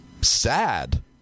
sad